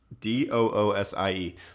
d-o-o-s-i-e